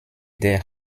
der